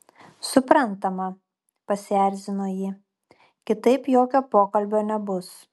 suprantama pasierzino ji kitaip jokio pokalbio nebus